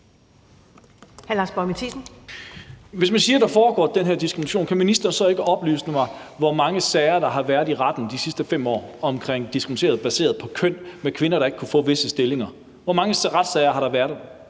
Hvis man siger, at den her diskrimination foregår, kan ministeren så ikke oplyse mig om, hvor mange retssager der har været i de sidste 5 år om diskrimination på grund af køn og om kvinder, der ikke kunne få visse stillinger? Hvor mange retssager har der været